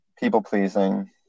people-pleasing